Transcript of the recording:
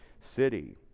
city